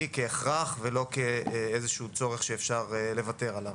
כהכרח ולא כאיזשהו צורך שאפשר לוותר עליו.